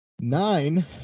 Nine